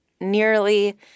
nearly